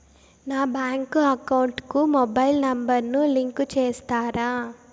నా bank account కు mobile number ను లింకు చేస్తారా?